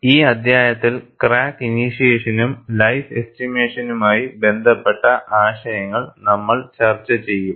ഈ അധ്യായത്തിൽ ക്രാക്ക് ഇനിസേഷനും ലൈഫ് എസ്റ്റിമേഷനുമായി ബന്ധപ്പെട്ട ആശയങ്ങൾ നമ്മൾ ചർച്ച ചെയ്യും